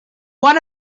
one